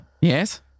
Yes